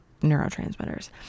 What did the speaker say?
neurotransmitters